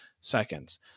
seconds